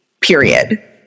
period